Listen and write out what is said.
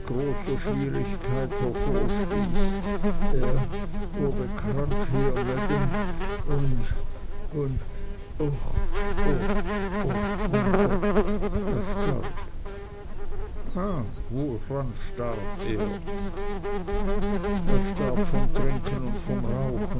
schwierigkeit hervorstieß er wurde krank hier maam und und uch uch uch mein gott er starb ha woran starb er er starb vom trinken und vom rauchen